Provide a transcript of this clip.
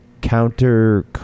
counter